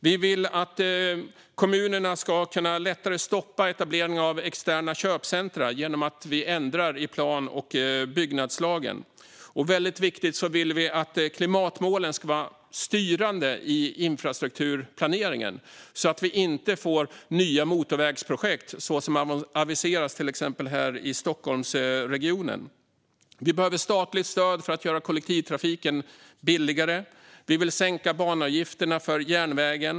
Vi vill att kommunerna lättare ska kunna stoppa etablering av externa köpcentrum genom att vi ändrar i plan och bygglagen. En väldigt viktig sak är att vi vill att klimatmålen ska vara styrande i infrastrukturplaneringen så att vi inte får nya motorvägsprojekt, så som har aviserats till exempel här i Stockholmsregionen. Vi behöver statligt stöd för att göra kollektivtrafiken billigare. Vi vill sänka banavgifterna för järnvägen.